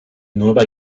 nueva